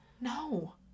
No